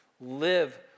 live